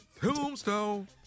Tombstone